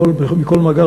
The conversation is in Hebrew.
מכל מאגר,